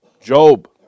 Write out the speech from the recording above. Job